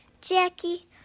Jackie